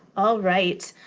all right.